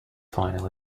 final